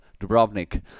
dubrovnik